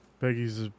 Peggy's